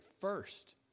first